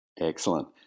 Excellent